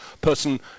person